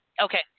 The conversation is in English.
Okay